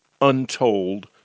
untold